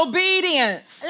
Obedience